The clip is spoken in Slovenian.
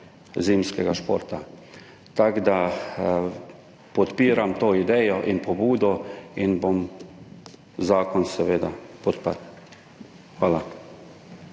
zimskega športa. Podpiram to idejo, pobudo in bom zakon seveda podprl. Hvala.